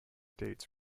dates